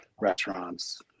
restaurants